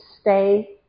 stay